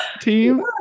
team